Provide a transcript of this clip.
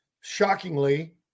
shockingly